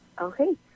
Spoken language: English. Okay